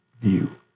view